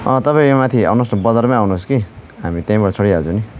तपाईँ यो माथि आउनुहोस् न बजारमै आउनुहोस् कि हामी त्यहीँबाट चढिहाल्छौँ नि